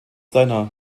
seiner